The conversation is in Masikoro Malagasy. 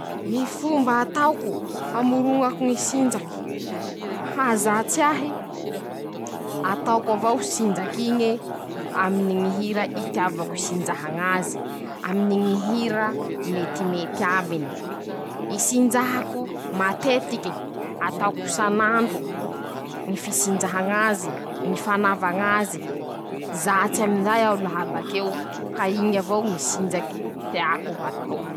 Ñy fomba ataoko hamoroñako ñy sinjaky, ahazatsy ahy: -Ataoko avao sinjak'iñe aminy ñy hira itiavako isinjah'azy, aminy ñy hira metimety amine, hisinjahako matetike, ataoko isan'andro, ñy fisinjaha ñ'azy, ñy fanava ñazy, zatsy amizay aho laha bakeo, ka iñy avao ñy sinjaky teako.